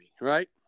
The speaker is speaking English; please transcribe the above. right